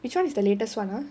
which [one] is the latest one ah